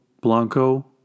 Blanco